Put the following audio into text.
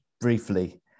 briefly